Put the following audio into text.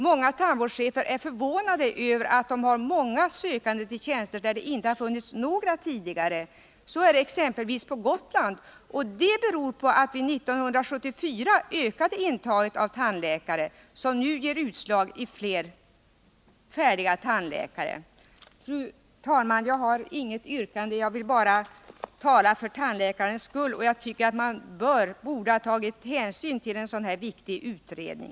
Många tandvårdschefer är förvånade över att det finns så många sökande när det gäller tjänster, till vilka det tidigare inte funnits några sökande. Så är fallet exempelvis på Gotland. Men det beror på att vi 1974 ökade intagningen av tandläkare, vilket nu ger utslag i fler färdiga tandläkare. Fru talman! Jag har inget yrkande, utan jag ville bara tala för tandläkarnas sak. Jag tycker emellertid att man borde ha tagit hänsyn till en så viktig utredning.